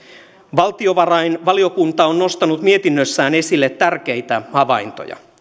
valtiovarainvaliokunta on nostanut mietinnössään esille tärkeitä havaintoja